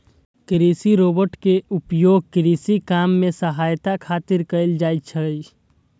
कृषि रोबोट के उपयोग कृषि काम मे सहायता खातिर कैल जाइ छै